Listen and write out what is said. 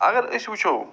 اگر أسۍ وٕچھو